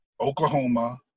Oklahoma